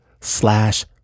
slash